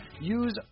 Use